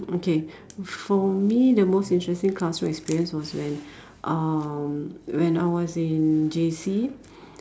okay for me the most interesting classroom experience was when um when I was in J_C